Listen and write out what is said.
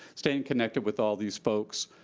staying connected with all these folks.